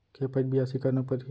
के पइत बियासी करना परहि?